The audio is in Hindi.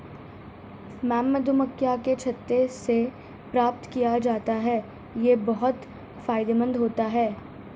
मॉम मधुमक्खियों के छत्ते से प्राप्त किया जाता है यह बहुत फायदेमंद होता है